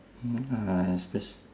ah espec~